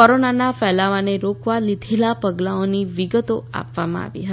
કોરોનાના ફેલાવાને રોકવા લીધેલા પગલાંઓની વિગતો આપવામાં આવી હતી